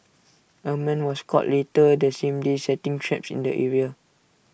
A man was caught later the same day setting traps in the area